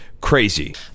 crazy